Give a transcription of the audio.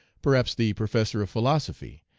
perhaps the professor of philosophy,